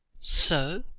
so,